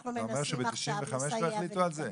אתה אומר שכבר ב-1995 החליטו על זה?